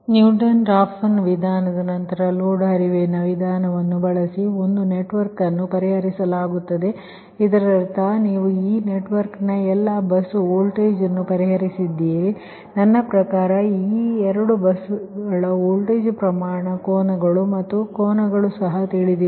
Newton Raphson ವಿಧಾನದ ನಂತರ load ಹರಿವಿನ ವಿಧಾನವನ್ನು ಬಳಸಿ ಒಂದು ನೆಟ್ವರ್ಕ್ ಅನ್ನು ಪರಿಹರಿಸಲಾಗುತ್ತದೆ ಇದರರ್ಥ ನೀವು ಈ ನೆಟ್ವರ್ಕ್ ನ ಎಲ್ಲ ಬಸ್ ವೋಲ್ಟೇಜ್ ಅನ್ನು ಪರಿಹರಿಸಿದ್ದೀರಿ ನನ್ನ ಪ್ರಕಾರ ಈ 2 ಬಸ್ಗಳ ವೋಲ್ಟೇಜ್ ಪ್ರಮಾಣ ಕೋನಗಳು ಮತ್ತು ಕೋನಗಳು ಸಹ ತಿಳಿದಿವೆ